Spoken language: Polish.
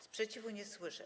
Sprzeciwu nie słyszę.